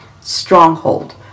stronghold